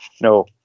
no